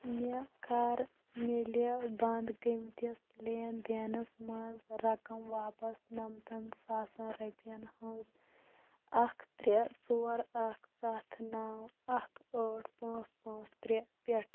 مےٚ کَر میلہِ بنٛد گٲمٕتِس لین دینس منز رَقم واپس نَمتَن ساسَن روپیَن ہٕنٛز اکھ ترٛےٚ ژور اکھ ستھ نو اکھ ٲٹھ پانٛژ پانٛژ ترٛےٚ پٮ۪ٹھ